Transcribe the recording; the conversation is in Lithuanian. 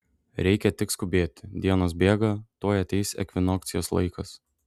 reikia tik skubėti dienos bėga tuoj ateis ekvinokcijos laikas